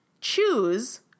choose